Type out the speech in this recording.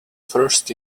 first